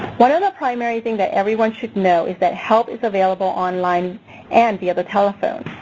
one other primary thing that everyone should know is that help is available online and via the telephone.